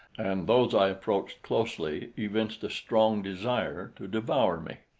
and those i approached closely evinced a strong desire to devour me,